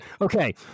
Okay